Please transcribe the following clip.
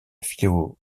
philologie